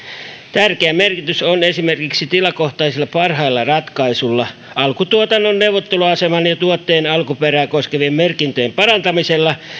tärkeä merkitys on esimerkiksi tilakohtaisilla parhailla ratkaisuilla alkutuotannon neuvotteluaseman ja tuotteen alkuperää koskevien merkintöjen parantamisella